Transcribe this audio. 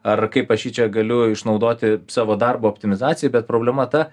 ar kaip aš jį čia galiu išnaudoti savo darbo optimizacijai bet problema ta